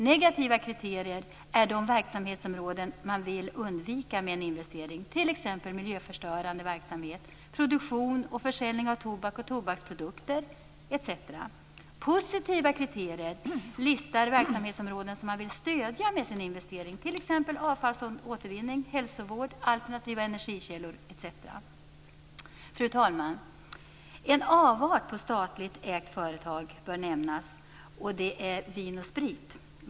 Negativa kriterier är de verksamhetsområden som man vill undvika med en investering, t.ex. miljöförstörande verksamhet samt produktion och försäljning av tobak och tobaksprodukter. Positiva kriterier listar verksamhetsområden som man vill stödja med sin investering, t.ex. avfallsåtervinning, hälsovård och alternativa energikällor. Fru talman! En avart vad gäller statligt ägda företag bör nämnas, nämligen Vin & Sprit AB.